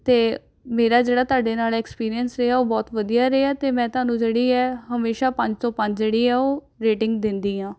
ਅਤੇ ਮੇਰਾ ਜਿਹੜਾ ਤੁਹਾਡੇ ਨਾਲ ਐਕਸਪੀਰੀਐਂਸ ਰਿਹਾ ਉਹ ਬਹੁਤ ਵਧੀਆ ਰਿਹਾ ਅਤੇ ਮੈਂ ਤੁਹਾਨੂੰ ਜਿਹੜੀ ਹੈ ਹਮੇਸ਼ਾ ਪੰਜ ਚੋਂ ਪੰਜ ਜਿਹੜੀ ਹੈ ਉਹ ਰੇਟਿੰਗ ਦਿੰਦੀ ਹਾਂ